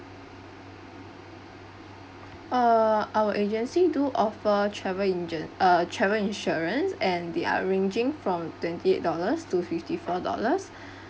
uh our agency do offer travel uh travel insurance and they are ranging from twenty eight dollars to fifty four dollars